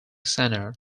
center